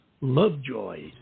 Lovejoy